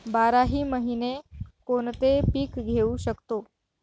बाराही महिने कोणते पीक घेवू शकतो?